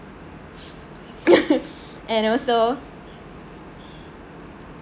and also